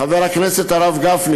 חבר הכנסת הרב גפני